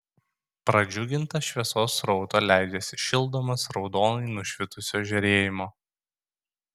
pradžiugintas šviesos srauto leidžiasi šildomas raudonai nušvitusio žėrėjimo